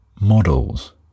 models